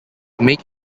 make